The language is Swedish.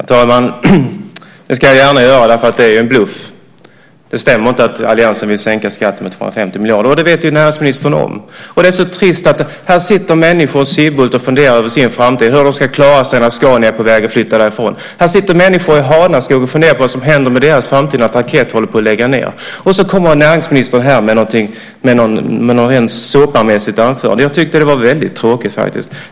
Herr talman! Det ska jag gärna göra, därför att det är en bluff. Det stämmer inte att alliansen vill sänka skatten med 250 miljarder, och det vet näringsministern om. Det är så trist. Här sitter människor i Sibbhult och funderar över sin framtid, hur de ska klara sig när Scania är på väg att flytta därifrån. Här sitter människor i Hanaskog och funderar på vad som händer med deras framtid när Tarkett håller på och lägger ned. Och så kommer näringsministern med ett såpamässigt anförande. Jag tyckte att det var väldigt tråkigt.